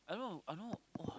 I don't know I don't know !wah!